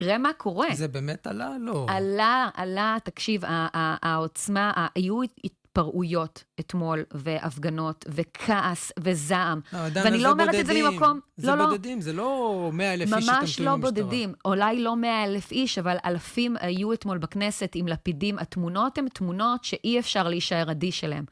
ראה מה קורה. זה באמת עלה? לא. עלה, עלה, תקשיב, העוצמה, היו התפרעויות אתמול, והפגנות, וכעס, וזעם. ואני לא אומרת את זה ממקום... זה בודדים, זה לא מאה אלף איש... ממש לא בודדים, אולי לא מאה אלף איש, אבל אלפים היו אתמול בכנסת עם לפידים. התמונות הן תמונות שאי אפשר להישאר אדיש אליהם.